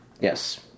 Yes